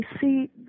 see